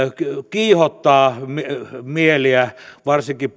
kiihottaa mieliä varsinkin